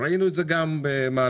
ראינו את זה גם במהלך